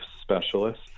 specialists